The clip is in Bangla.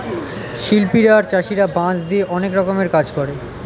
শিল্পীরা আর চাষীরা বাঁশ দিয়ে অনেক রকমের কাজ করে